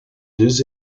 deux